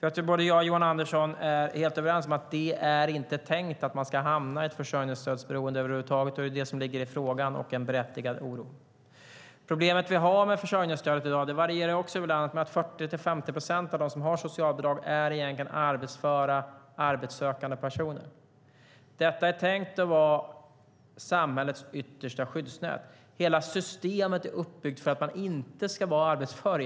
Jag tror att både jag och Johan Andersson är helt överens om att det inte är tänkt att man ska hamna i ett försörjningsstödsberoende över huvud taget. Det är det som ligger i frågan, och det är en berättigad oro. Problemet vi har med försörjningsstödet i dag - det varierar också över landet - är att 40-50 procent av dem som har socialbidrag egentligen är arbetsföra, arbetssökande personer. Detta är tänkt att vara samhällets yttersta skyddsnät. Hela systemet är uppbyggt för att man egentligen inte ska vara arbetsför.